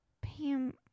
Pam